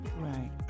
right